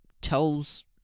tells